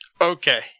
Okay